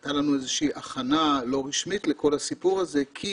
הייתה לנו איזושהי הכנה לא רשמית לכל הסיפור הזה כי